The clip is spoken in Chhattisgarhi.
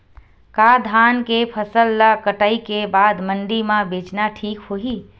का धान के फसल ल कटाई के बाद मंडी म बेचना ठीक होही?